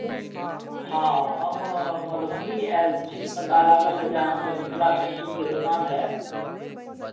हँ हम मधुबनी आयल छी पता लागलए जे अहाँके मिथिला पेंटिंगके दोकान अइ